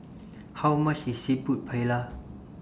How much IS Seafood Paella